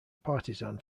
partisan